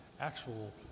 actual